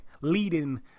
leading